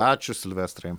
ačiū silvestrai